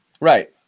Right